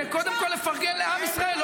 זה קודם כול לפרגן לעם ישראל,